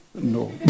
No